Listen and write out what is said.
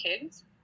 kids –